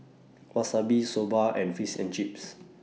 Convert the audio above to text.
Wasabi Soba and Fish and Chips